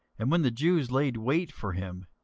and when the jews laid wait for him,